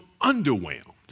underwhelmed